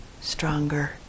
stronger